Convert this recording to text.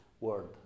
word